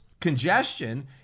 congestion